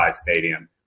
Stadium